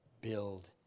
build